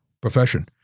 profession